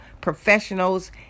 professionals